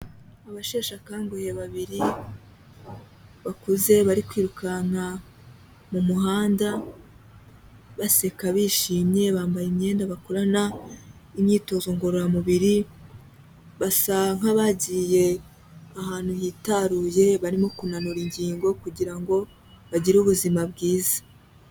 Abasheshe akanguhe babiri bakuze bari kwirukanka mu muhanda, baseka, bishimye, bambaye imyenda bakorana imyitozo ngororamubiri, basa nk'abagiye ahantu hitaruye, barimo kunanura ingingo kugira ngo bagire ubuzima bwiza.